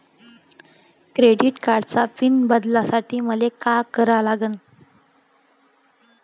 Credit कार्डाचा PIN बदलासाठी मले का करा लागन?